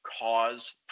cause